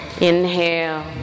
Inhale